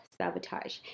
sabotage